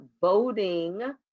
voting